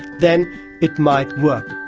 then it might work.